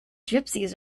gypsies